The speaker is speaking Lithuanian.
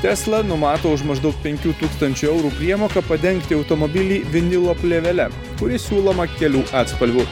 tesla numato už maždaug penkių tūkstančių eurų priemoką padengti automobilį vinilo plėvele kuri siūloma kelių atspalvių